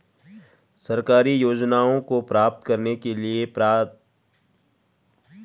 सरकारी योजनाओं को प्राप्त करने के लिए पात्रता और पात्रता का क्या फार्मूला है?